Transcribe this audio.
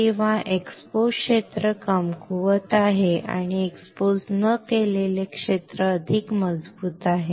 किंवा एक्सपोज क्षेत्र कमकुवत आहे आणि एक्सपोज न केलेले क्षेत्र अधिक मजबूत आहे